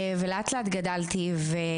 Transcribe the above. לאט לאט גדלתי.